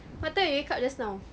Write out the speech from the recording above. what time you wake up just now